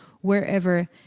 wherever